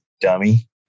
Dummy